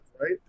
right